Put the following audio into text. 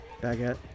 Baguette